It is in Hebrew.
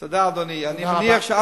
אני אשמח לשמור על הסודיות ולהתלוות אליך.